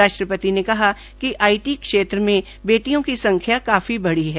राष्ट्रपति ने कहा कि आईटी क्षेत्र में बेटियों की संख्या काफी बढ़ी है